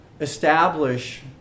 establish